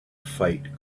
fight